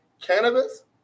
cannabis